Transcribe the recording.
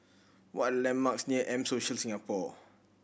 what are the landmarks near M Social Singapore